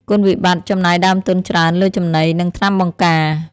គុណវិបត្តិ ចំណាយដើមទុនច្រើនលើចំណី និងថ្នាំបង្ការ។